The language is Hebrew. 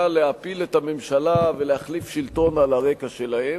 להפיל את הממשלה ולהחליף שלטון על הרקע שלהם.